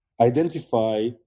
identify